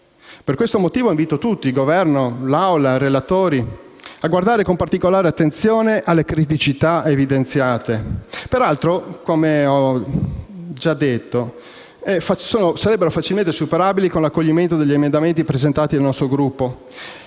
Per questo motivo, invito tutti, Governo, Assemblea, relatori, a guardare con particolare attenzione alle criticità evidenziate. Peraltro - come ho già detto - sarebbero facilmente superabili con l'accoglimento degli emendamenti presentati dal nostro Gruppo,